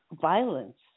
violence